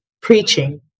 preaching